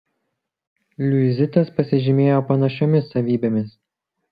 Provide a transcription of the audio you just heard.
liuizitas pasižymėjo panašiomis savybėmis